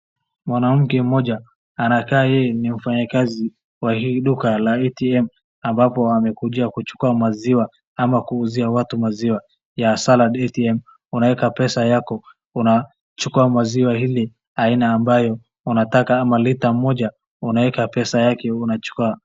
Mwanamke mmoja anakaa yeye ni mfanyikazi wa hii duka la atm ambapo amekuja kuchukua maziwa ama kuuzia watu maziwa ya salad atm . Unaeka pesa yako, unachukua maziwa ile aina ambayo unataka, ama lita moja unaeka pesa yake unachukua.